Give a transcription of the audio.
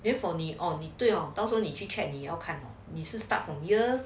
then for 你 oh 对 hor 高中你你去 check 你要看你是 start from year